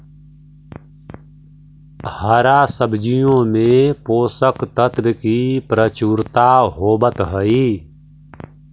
हरा सब्जियों में पोषक तत्व की प्रचुरता होवत हई